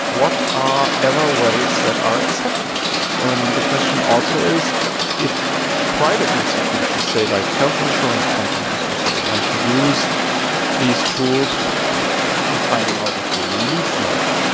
what are error rates that are acceptable? and the question also is if private institutions, say, like health insurance companies or so, want to use these tools in finding out if you really smoke,